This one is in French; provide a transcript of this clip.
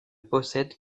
possède